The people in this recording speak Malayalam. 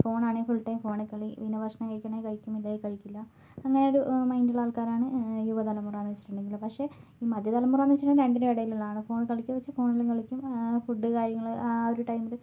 ഫോണാണെങ്കിൽ ഫുൾ ടൈം ഫോണിൽക്കളി പിന്നെ ഭക്ഷണം കഴിക്കണമെങ്കിൽ കഴിക്കും ഇല്ലെങ്കിൽ കഴിക്കില്ല അങ്ങനെയൊരു മൈൻറ്റുള്ള ആൾക്കാരാണ് യുവതലമുറ എന്നുവെച്ചിട്ടുണ്ടെങ്കിൽ പക്ഷെ ഈ മദ്ധ്യ തലമുറയെന്നു വെച്ചിട്ടുണ്ടെങ്കിൽ രണ്ടിനും ഇടയിലുള്ളതാണ് ഫോൺ കളിക്കും കുറച്ച് കോളിലും കളിക്കും ഫുഡ് കാര്യങ്ങൾ ആ ഒരു ടൈമിൽ